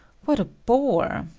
what a bore!